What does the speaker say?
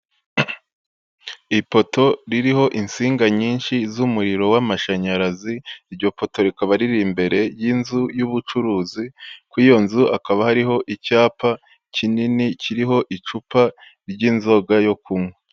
Ipoto ririho insinga nyinshi z'umuriro w'amashanyarazi, iryo poto rikaba riri imbere y'inzu y'ubucuruzi, kuri iyo nzu hakaba hariho icyapa kinini kiriho icupa ry'inzoga yo kunywa.